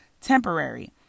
temporary